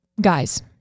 guys